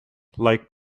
like